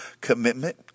commitment